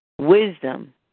Wisdom